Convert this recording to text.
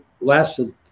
lasted